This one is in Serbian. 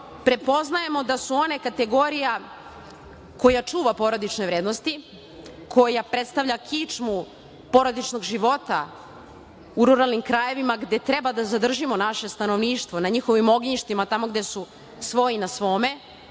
prepoznajemo da su one kategorija koja čuva porodične vrednosti, koja predstavlja kičmu porodičnog života u ruralnim krajevima gde treba da zadržimo naše stanovništvo, na njihovim ognjištima, tamo gde su svoj na svome